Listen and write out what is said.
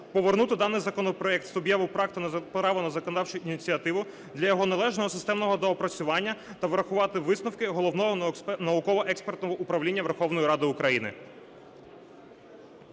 повернути даний законопроект суб'єкту права законодавчої ініціативи для його належного системного доопрацювання та врахувати висновки Головного науково-експертного управління Верховної Ради України.